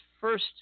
first –